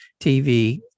TV